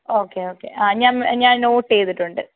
okay okay ആ ഞാൻ ഞാൻ നോട്ട് ചെയ്തിട്ടുണ്ട്